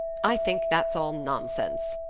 i think that's all nonsense,